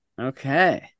Okay